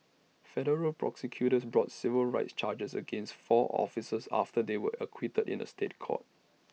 federal prosecutors brought civil rights charges against four officers after they were acquitted in A State Court